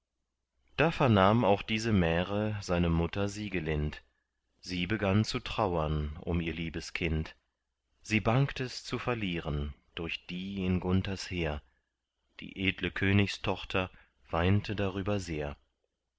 da vernahm auch diese märe seine mutter siegelind sie begann zu trauern um ihr liebes kind sie bangt es zu verlieren durch die in gunthers heer die edle königstochter weinte darüber sehr